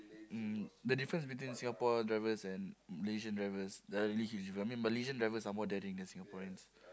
mm the difference between Singapore drivers and Malaysian drivers are really huge I mean Malaysian drivers are more daring than Singaporeans